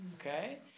Okay